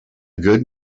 good